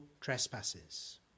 trespasses